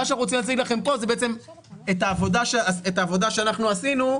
מה שאנחנו רוצים להציג לכם פה זה בעצם את העבודה שאנחנו עשינו.